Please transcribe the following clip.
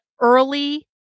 early